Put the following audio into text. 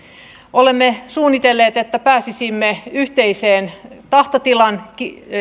olemme suunnitelleet että pääsisimme yhteiseen tahtotilan